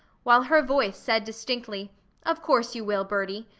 while her voice said distinctly of course you will, birdie!